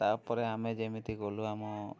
ତା'ପରେ ଆମେ ଯେମିତି ଗଲୁ ଆମ